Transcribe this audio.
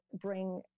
bring